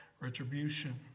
retribution